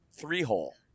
three-hole